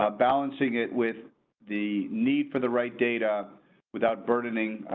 ah balancing it with the need for the right data without burning.